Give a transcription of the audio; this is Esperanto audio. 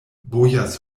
bojas